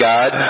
God